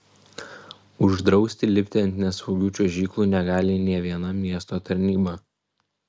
uždrausti lipti ant nesaugių čiuožyklų negali nė viena miesto tarnyba